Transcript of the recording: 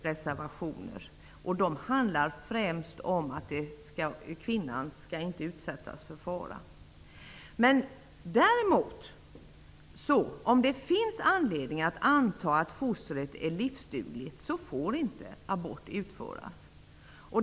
Reservationerna gäller främst att kvinnan inte skall utsättas för fara. Om det finns anledning att anta att fostret är livsdugligt får abort inte utföras.